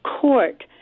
court